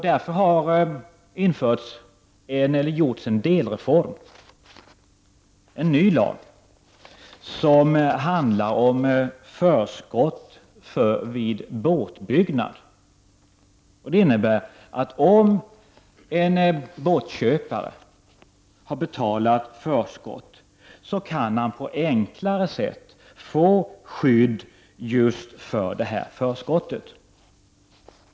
Det har därför gjorts en delreform, en ny lag, som handlar om förskott vid båtbyggnad. Om en båtköpare har betalat förskott kan han på enklare sätt få skydd för detta förskott.